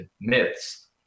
myths